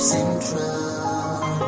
Central